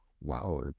wow